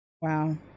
wow